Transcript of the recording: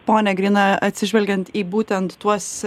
pone grina atsižvelgiant į būtent tuos